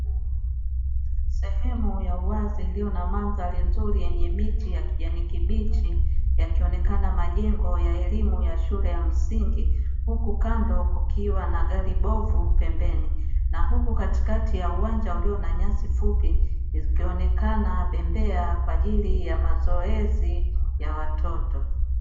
Sehemu ya uwazi iliyo na mandhari nzuri yenye miti ya kijani kibichi, yakionekana majengo ya elimu ya shule ya msingi huku kando kukiwa na gari bovu pembeni, na huku katikati ya uwanja ulio na nyasi fupi zikionekana bembea kwaajili ya mazoezi ya watoto.